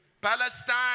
Palestine